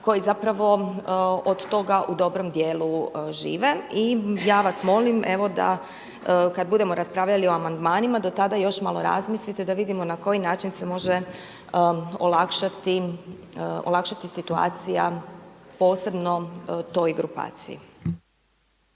koji zapravo od toga u dobrom djelu žive. I ja vas molim evo da kad budemo raspravljali o amandmanima do tada još malo razmislite da vidimo na koji način se može olakšati situacija posebno toj grupaciji.